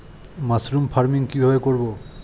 Mushroom farming কি ভাবে করব?